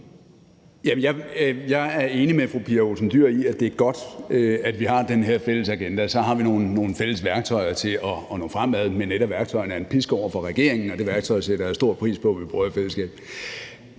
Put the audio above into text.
Olsen Dyhr i, at det er godt, at vi har den her fælles agenda. Så har vi nogle fælles værktøjer til at nå fremad, men alle værktøjerne er en pisk over for regeringen, og det sætter jeg stor pris på at vi bruger i fællesskab.